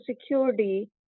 security